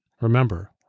remember